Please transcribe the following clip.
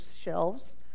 shelves